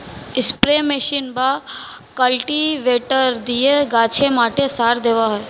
spray machine বা cultivator দিয়ে গাছে, মাঠে সার দেওয়া হয়